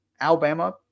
Alabama